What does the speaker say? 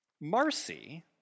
Marcy